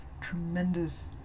tremendous